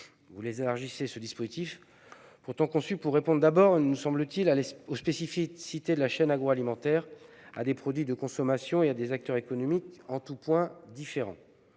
ainsi élargir ce dispositif, pourtant conçu pour répondre aux spécificités de la chaîne agroalimentaire, à des produits de consommation et à des acteurs économiques en tout point différents.